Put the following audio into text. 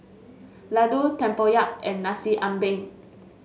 laddu tempoyak and Nasi Ambeng